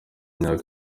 imyaka